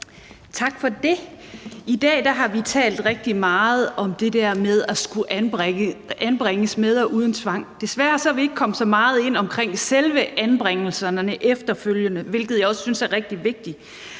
Tak for det. I dag har vi talt rigtig meget om det der med at skulle anbringes med og uden tvang. Desværre er vi ikke kommet så meget ind på selve anbringelserne efterfølgende – noget, jeg ellers synes er rigtig vigtigt.